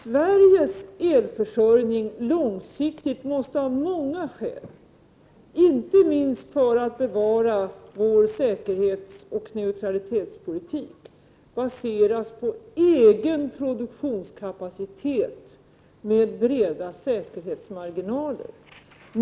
Sveriges elförsörjning långsiktigt måste av många skäl, inte minst för att vi skall bevara vår säkerhetsoch neutralitetspolitik, baseras på egen produktionskapacitet med breda säkerhetsmarginaler.